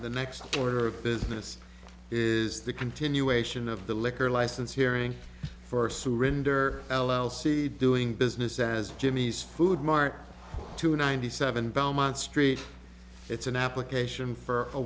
the next order of business is the continuation of the liquor license hearing for surrender l l c doing business as jimmy's food mart to ninety seven belmont street it's an application for a